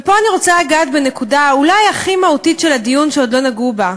ופה אני רוצה לגעת בנקודה אולי הכי מהותית של הדיון שעוד לא נגעו בה: